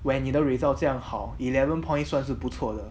where 你的 results 这样好 eleven points 算是不错了